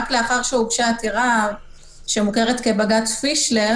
רק לאחר שהוגשה העתירה שמוכרת כבג"ץ פישלר